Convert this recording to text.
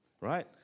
right